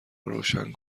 روشن